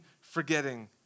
forgetting